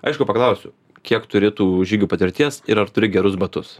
aišku paklausiu kiek turi tų žygių patirties ir ar turi gerus batus